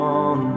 on